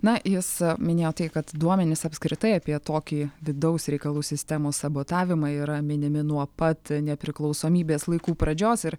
na jis minėjo tai kad duomenys apskritai apie tokį vidaus reikalų sistemos sabotavimą yra minimi nuo pat nepriklausomybės laikų pradžios ir